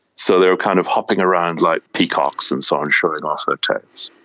so they were kind of hopping around like peacocks and so on, showing off their tails.